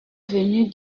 venu